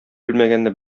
белмәгәнне